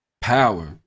Power